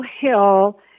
Hill